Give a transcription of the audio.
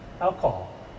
alcohol